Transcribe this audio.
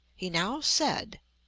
he now said